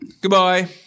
Goodbye